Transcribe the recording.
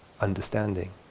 understanding